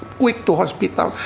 quick to hospital.